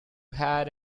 had